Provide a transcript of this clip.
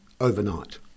overnight